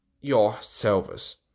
yourselves